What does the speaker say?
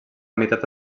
meitat